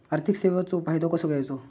आर्थिक सेवाचो फायदो कसो घेवचो?